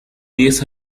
diez